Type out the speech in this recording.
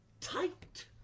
tight